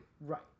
Right